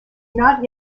not